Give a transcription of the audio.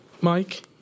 Mike